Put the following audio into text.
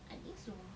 I think so